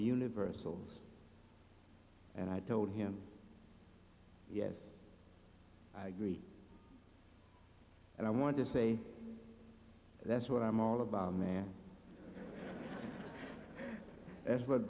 universals and i told him yes i agree and i want to say that's what i'm all about that's what